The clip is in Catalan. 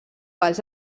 valls